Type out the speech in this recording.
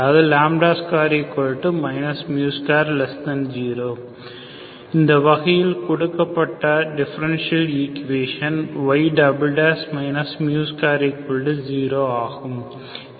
அதாவது 2 20 இந்த வகையில் கொடுக்கப்பட்ட டிஃபரண்டியல் ஈக்குவேஷசன் y 20 ஆகும்